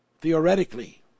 theoretically